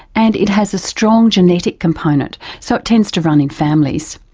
and it has a strong genetic component, so it tends to run in families.